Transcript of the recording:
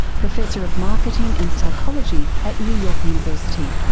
professor of marketing and psychology at new york university.